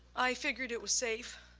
i figured it was safe,